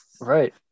right